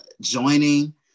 joining